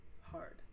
hard